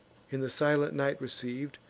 in the silent night receiv'd,